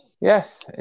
yes